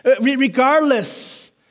Regardless